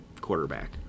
quarterback